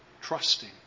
trusting